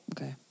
Okay